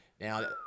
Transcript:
Now